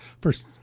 First